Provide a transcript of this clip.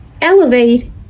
elevate